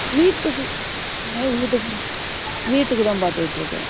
வீட்டுக்கு தாங்க வீட்டுக்கு தான் வீட்டுக்கு தான் பார்த்துக்கிட்ருக்கேன்